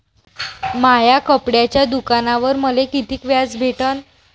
माया कपड्याच्या दुकानावर मले कितीक व्याज भेटन?